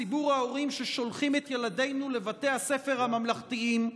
ציבור ההורים ששולחים את ילדינו לבתי הספר הממלכתיים,